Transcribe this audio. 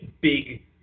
big